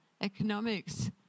economics